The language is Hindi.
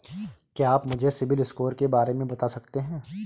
क्या आप मुझे सिबिल स्कोर के बारे में बता सकते हैं?